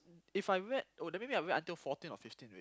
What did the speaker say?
if I read oh then maybe I wait until fourteen or fifteen